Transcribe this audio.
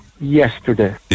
yesterday